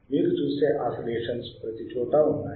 మీరు చూసే ఆసిలేషన్స్ ప్రతీ చోటాఉన్నాయి